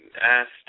asked